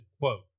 quote